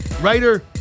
writer